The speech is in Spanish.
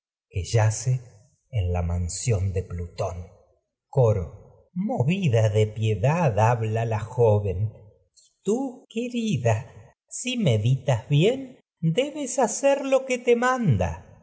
nuestro común padre la mansión de plutón coro movida de piedad habla la joven que y tú que rida si meditas bien debes hacer lo crisótemis lo te manda